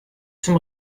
zum